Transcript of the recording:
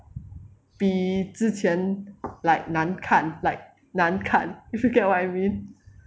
比之前 like 难看 like 难看 you get what I mean